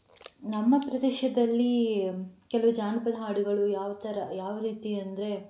ನಮ್ಮ ಪ್ರದೇಶದಲ್ಲಿ ಕೆಲವು ಜಾನಪದ ಹಾಡುಗಳು ಯಾವ ಥರ ಯಾವ ರೀತಿ ಅಂದರೆ